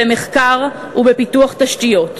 במחקר ובפיתוח תשתיות.